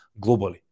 globally